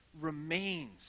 remains